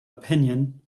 opinion